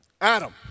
Adam